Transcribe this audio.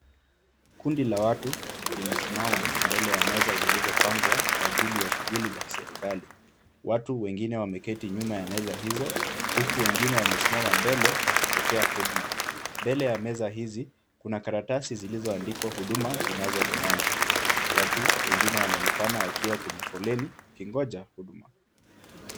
Kundi la watu limesimama mbele ya meza zilizopangwa kwa ajili ya shughuli za kiserikali. Watu wengine wameketi nyuma ya meza hizo huku wengine wamesimama mbele wakipokea huduma. Mbele ya meza hizi kuna karatasi zilizoandikwa huduma zinazopeanwa. Watu wengine wanaonekana wakiwa kwenye foleni wakingoja huduma.